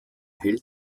hält